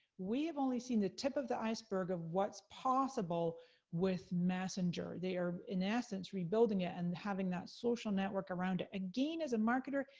we've only seen the tip of the iceberg of what's possible with messenger. they are in essence, rebuilding it, and having that social network around it. again as a marketer,